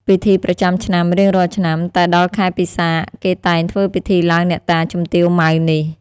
ពិធីប្រចាំឆ្នាំ រៀងរាល់ឆ្នាំ តែដល់ខែពិសាខ គេតែងធ្វើពិធីឡើងអ្នកតាជំទាវ ម៉ៅ នេះ ។